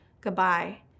goodbye